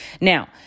Now